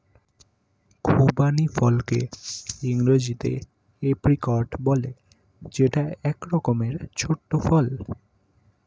খুবানি ফলকে ইংরেজিতে এপ্রিকট বলে যেটা এক রকমের ছোট্ট ফল